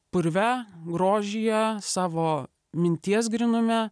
purve grožyje savo minties grynume